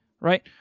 right